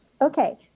Okay